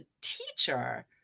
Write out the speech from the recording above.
teacher